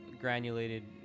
granulated